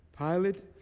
Pilate